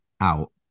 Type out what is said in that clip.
out